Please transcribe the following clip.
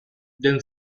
then